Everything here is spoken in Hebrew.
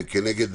כנגד